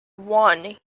one